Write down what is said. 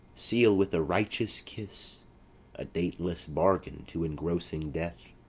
seal with a righteous kiss a dateless bargain to engrossing death!